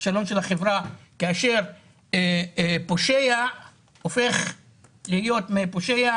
כישלון של החברה כאשר פושע הופך להיות מפושע